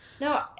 No